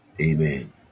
Amen